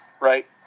right